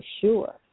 sure